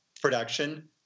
production